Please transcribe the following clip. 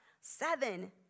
Seven